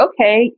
okay